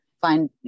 find